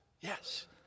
Yes